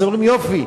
אומרים: יופי,